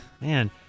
Man